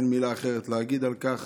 אין מילה אחרת להגיד על כך.